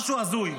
משהו הזוי.